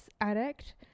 addict